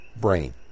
brain